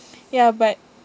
ya but